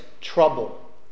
trouble